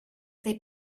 they